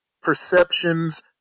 perceptions